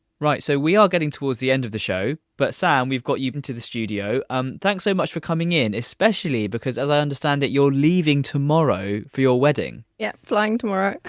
right so we are getting towards the end of the show but sam we've got you into the studio um thanks so much for coming in, especially because as i understand it you're leaving tomorrow for your wedding. yeah flying tomorrow.